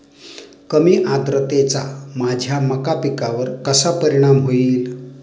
कमी आर्द्रतेचा माझ्या मका पिकावर कसा परिणाम होईल?